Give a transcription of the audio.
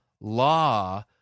law